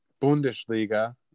Bundesliga